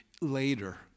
later